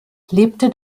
lebte